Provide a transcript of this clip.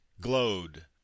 glowed